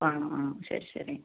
ആണോ ആ ശരി ശരി